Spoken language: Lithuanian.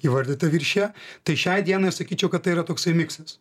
įvardytą viršija tai šiai dienai sakyčiau kad tai yra toksai miksas